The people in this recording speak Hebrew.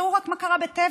תזכרו רק מה קרה בטבע,